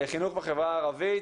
חינוך בחברה הערבית,